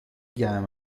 گرم